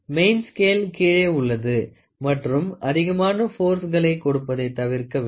main scale கீழே உள்ளது மற்றும் அதிகமான போர்ஸ்களை கொடுப்பதை தவிர்க்க வேண்டும்